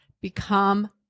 Become